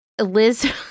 Liz